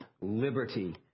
liberty